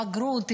בגרות,